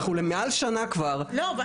אנחנו כבר מעל שנה --- לא,